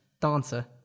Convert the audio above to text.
dancer